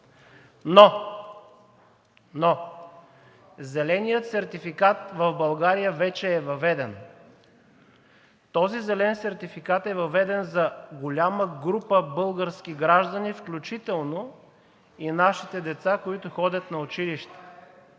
Но зеленият сертификат в България вече е въведен. Този зелен сертификат е въведен за голяма група български граждани, включително и за нашите деца, които ходят на училище.